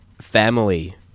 family